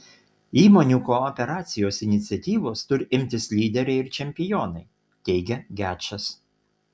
įmonių kooperacijos iniciatyvos turi imtis lyderiai ir čempionai teigia gečas